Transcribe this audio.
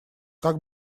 как